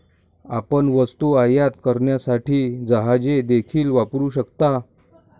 आपण वस्तू आयात करण्यासाठी जहाजे देखील वापरू शकता